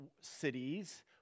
cities